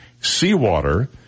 seawater